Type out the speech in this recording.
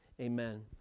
Amen